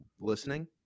listening